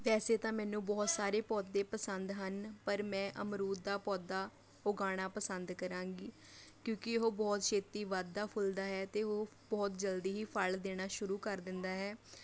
ਵੈਸੇ ਤਾਂ ਮੈਨੂੰ ਬਹੁਤ ਸਾਰੇ ਪੌਦੇ ਪਸੰਦ ਹਨ ਪਰ ਮੈਂ ਅਮਰੂਦ ਦਾ ਪੌਦਾ ਉਗਾਉਣਾ ਪਸੰਦ ਕਰਾਂਗੀ ਕਿਉਂਕਿ ਉਹ ਬਹੁਤ ਛੇਤੀ ਵੱਧਦਾ ਫੁੱਲਦਾ ਹੈ ਅਤੇ ਉਹ ਬਹੁਤ ਜਲਦੀ ਹੀ ਫ਼ਲ ਦੇਣਾ ਸ਼ੁਰੂ ਕਰ ਦਿੰਦਾ ਹੈ